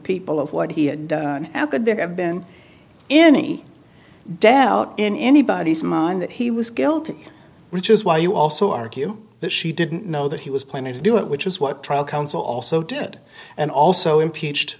people of what he now could there have been any doubt in anybody's mind that he was guilty which is why you also argue that she didn't know that he was planning to do it which is what trial counsel also did and also impeached